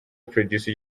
producer